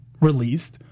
released